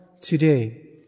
today